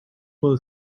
will